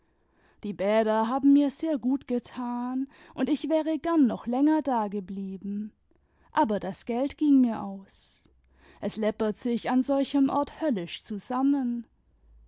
die bäder haben mir sehr gut getan und ich wäre gern noch länger da geblieben aber das geld ging mir aus es läppert sich an solchem ort höllisch zusammen